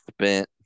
spent